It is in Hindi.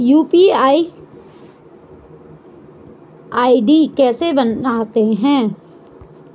यु.पी.आई आई.डी कैसे बनाते हैं?